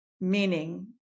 meaning